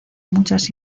muchas